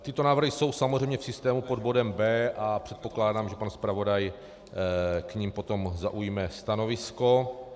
Tyto návrhy jsou samozřejmě v systému pod bodem B a předpokládám, že pan zpravodaj k nim potom zaujme stanovisko.